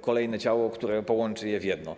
kolejne ciało, które połączy je w jedno.